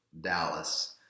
Dallas